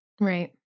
Right